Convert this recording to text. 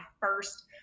first